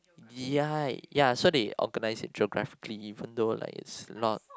ya ya so they organize it geographically even though like it's not